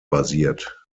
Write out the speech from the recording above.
basiert